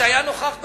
שהיה נוכח בדיון,